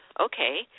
okay